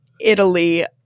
Italy